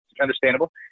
understandable